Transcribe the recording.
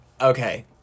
Okay